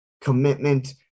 commitment